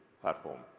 platform